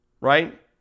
Right